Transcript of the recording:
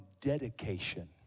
dedication